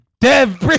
Dev